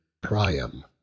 Priam